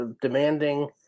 demanding